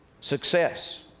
success